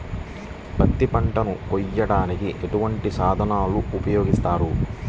పత్తి పంటను కోయటానికి ఎటువంటి సాధనలు ఉపయోగిస్తారు?